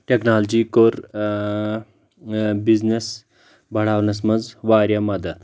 technology کوٚر business بڑاونس منٛز واریاہ مدد